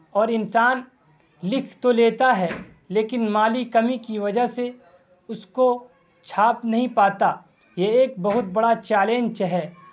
اور انسان لکھ تو لیتا ہے لیکن مالی کمی کی وجہ سے اس کو چھاپ نہیں پاتا یہ ایک بہت بڑا چیلنچ ہے